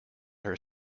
her